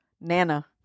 Nana